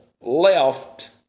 left